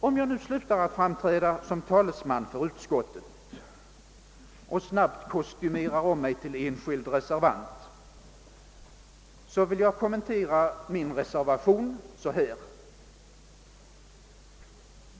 Om jag nu slutar att framträda som talesman för utskottet och snabbt kostymerar om mig till enskild reservant vill jag kommentera min reservation på följande sätt.